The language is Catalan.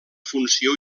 funció